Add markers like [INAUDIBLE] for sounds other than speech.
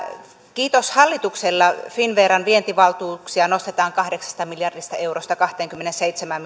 kiitos hallitukselle finnveran vientivaltuuksia nostetaan kahdeksasta miljardista eurosta kahteenkymmeneenseitsemään [UNINTELLIGIBLE]